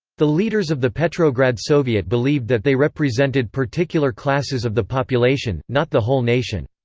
the leaders of the petrograd soviet believed that they represented particular classes of the population, not the whole nation.